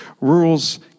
Rules